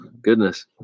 Goodness